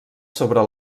sobre